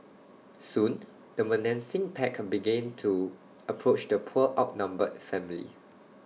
soon the menacing pack began to approach the poor outnumbered family